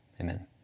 amen